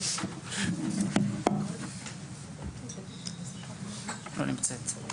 חשיבות כמובן מורי ומורות האולפנים.